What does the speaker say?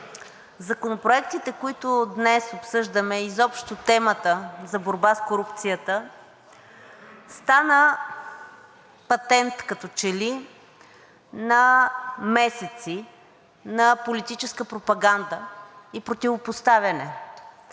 Законопроектите, които днес обсъждаме, изобщо темата за борба с корупцията, стана патент като че ли месеци на политическа пропаганда и противопоставяне.